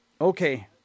Okay